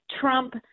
Trump